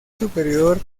superior